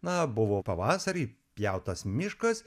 na buvo pavasarį pjautas miškas